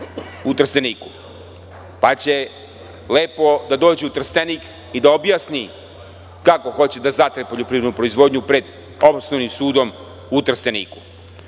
u Trsteniku, pa će lepo da dođe u Trstenik i da objasni kako hoće da zatre poljoprivrednu proizvodnju pred Osnovnim sudom u Trsteniku. Ali,